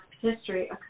history